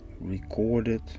recorded